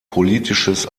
politisches